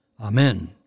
Amen